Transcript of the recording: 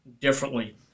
differently